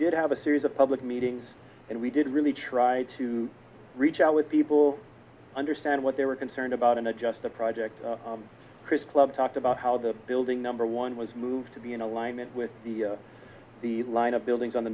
did have a series of public meetings and we did really try to reach out with people understand what they were concerned about and adjust the project chris klug talked about how the building number one was moved to be in alignment with the the line of buildings on the